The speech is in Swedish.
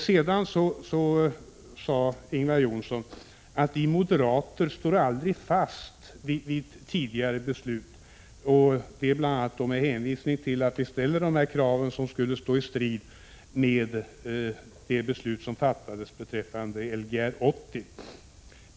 Sedan sade Ingvar Johnsson att vi moderater aldrig står fast vid tidigare beslut — bl.a. med hänvisning till att vi ställer dessa krav, som skulle stå i strid med det beslut som fattades beträffande Lgr 80.